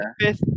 fifth